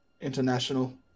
international